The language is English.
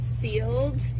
sealed